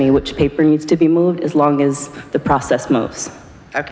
me which paper needs to be moved as long as the process mo